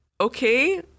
okay